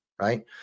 right